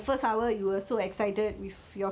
ya ya ya